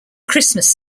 christmas